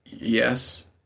yes